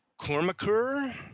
Cormacur